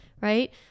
Right